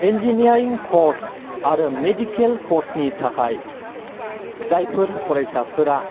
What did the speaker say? engineering course आरो medical कर्सनि थाखाय जायफोर फरायसाफोरा